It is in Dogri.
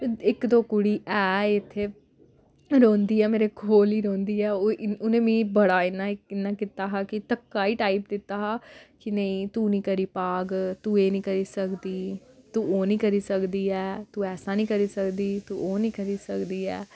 इक दो कुड़ी ऐ इत्थै रौंह्दी ऐ मेरे कोल ही रौंह्दी ऐ ओह् उ'नें मिगी बड़ा इ'यां इ'यां कीता हा कि धक्का ई टाईप दित्ता हा कि नेईं तू निं करी पाह्ग तूं एह् निं करी सकदी तूं ओह् निं करी सकदी ऐ तूं ऐसा निं करी सकदी तूं ओह् निं करी सकदी ऐ